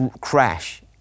crash